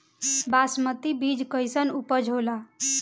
बासमती बीज कईसन उपज होला?